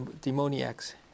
demoniacs